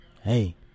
Hey